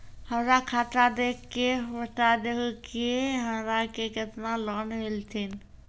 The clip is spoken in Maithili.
हमरा खाता देख के बता देहु के हमरा के केतना लोन मिलथिन?